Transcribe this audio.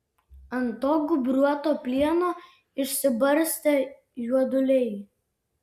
ant to gūbriuoto plieno išsibarstę juoduliai